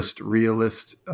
realist